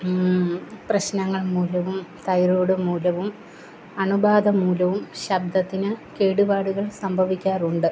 പ്രശ്നങ്ങൾ മൂലവും തൈറോയിഡ് മൂലവും അണുബാധ മൂലവും ശബ്ദത്തിന് കേടുപാടുകൾ സംഭവിക്കാറുണ്ട്